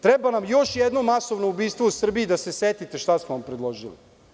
Treba nam još jedno masovno ubistvo u Srbiji da se setite šta smo vam predložili.